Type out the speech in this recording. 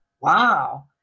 Wow